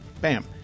bam